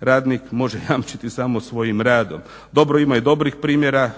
radnik može jamčiti samo svojim radom. Dobro, ima i dobrih primjera,